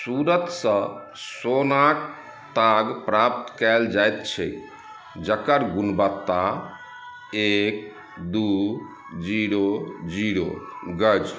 सूरतसँ सोनाक ताग प्राप्त कयल जाइत छै जकर गुणवत्ता एक दू जीरो जीरो गज